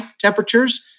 temperatures